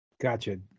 Gotcha